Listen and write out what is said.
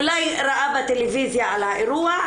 אולי ראה בטלוויזיה על האירוע.